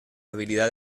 habilidad